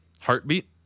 Heartbeat